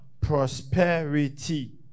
prosperity